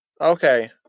Okay